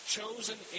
Chosen